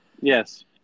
yes